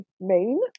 main